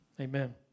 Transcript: amen